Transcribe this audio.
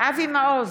אבי מעוז,